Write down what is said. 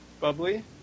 Bubbly